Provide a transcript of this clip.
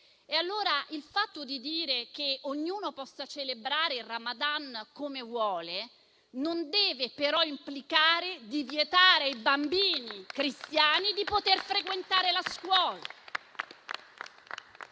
E allora il fatto di dire che ognuno possa celebrare il Ramadan come vuole non deve però implicare di vietare i bambini cristiani di poter frequentare la scuola.